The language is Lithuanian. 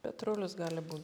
petrulis gali būt